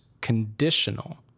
conditional